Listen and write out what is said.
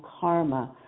karma